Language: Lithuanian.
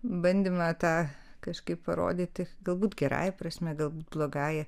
bandymą tą kažkaip parodyti galbūt gerąja prasme galbūt blogąja